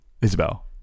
Isabel